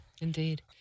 indeed